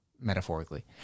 metaphorically